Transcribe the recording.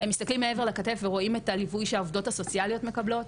הם מסתכלים מעבר לכתף ורואים את הליווי שהעובדות הסוציאליות מקבלות,